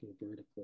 vertically